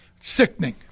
Sickening